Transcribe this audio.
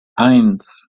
eins